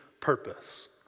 purpose